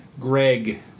Greg